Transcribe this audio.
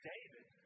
David